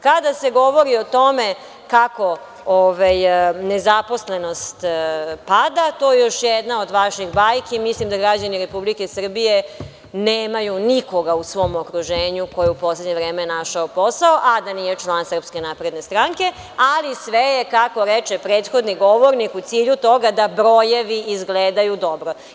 Kada se govori o tome kako nezaposlenost pada, to je još jedna od vaših bajki, mislim da građani Republike Srbije nemaju nikoga u svom okruženju ko je u poslednje vreme našao posao, a da nije član SNS, ali sve je, kako reče, prethodni govornik, u cilju toga da brojevi izgledaju dobro.